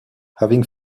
having